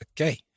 Okay